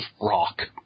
rock